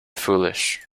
foolish